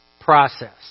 process